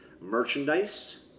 merchandise